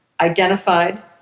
identified